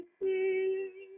see